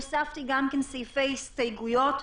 הוספתי גם סעיפי הסתייגויות.